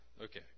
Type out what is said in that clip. Okay